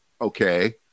okay